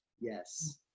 yes